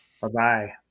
Bye-bye